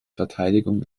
verteidigung